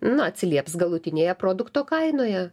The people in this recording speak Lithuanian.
na atsilieps galutinėje produkto kainoje